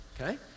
okay